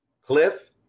Cliff